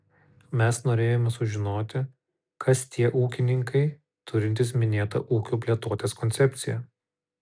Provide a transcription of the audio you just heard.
mes norėjome sužinoti kas tie ūkininkai turintys minėtą ūkio plėtotės koncepciją